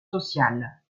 sociales